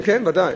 כן, כן, ודאי.